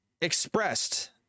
expressed